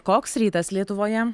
koks rytas lietuvoje